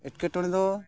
ᱮᱴᱠᱮᱴᱚᱬᱮ ᱫᱚ